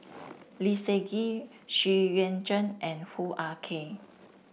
Lee Seng Gee Xu Yuan Zhen and Hoo Ah Kay